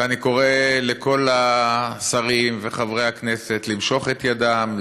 ואני קורא לכל השרים וחברי הכנסת למשוך את ידם,